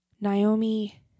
Naomi